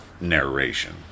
narration